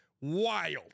Wild